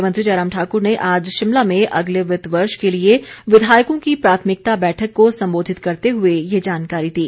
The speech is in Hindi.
मुख्यमंत्री जयराम ठाक्र ने आज शिमला में अगले वित्त वर्ष के लिए विधायकों की प्राथमिकता बैठक को संबोधित करते हुए ये जानकारी दी